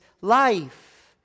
life